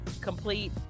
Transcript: complete